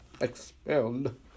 expelled